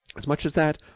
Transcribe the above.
as much as that!